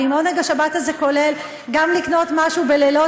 ואם עונג השבת הזה כולל גם לקנות משהו בלילות